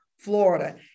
Florida